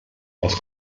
das